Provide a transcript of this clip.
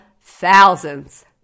thousands